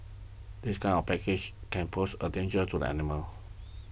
this kind of package can pose a danger to the animals